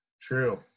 true